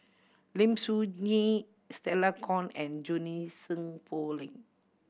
Lim Soo Ngee Stella Kon and Junie Sng Poh Leng